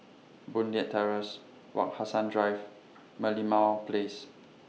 Boon Leat Terrace Wak Hassan Drive Merlimau Place